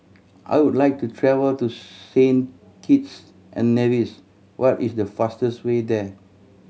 I would like to travel to Saint Kitts and Nevis what is the fastest way there